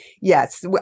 yes